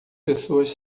pessoas